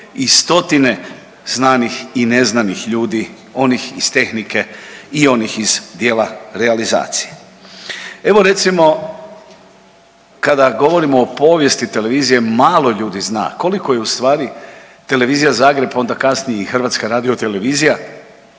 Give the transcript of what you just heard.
i stotine znanih i neznanih ljudi onih iz tehnike i onih iz dijela realizacije. Evo recimo kada govorimo o povijesti televizije malo ljudi zna koliko je ustvari Televizija Zagreb, a onda kasnije i HRT bila nositelj